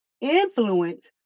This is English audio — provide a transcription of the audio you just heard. influence